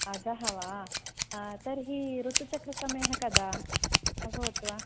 अधः वा तर्हि ऋतुचक्रः समयः कदा अभवत् वा